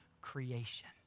creation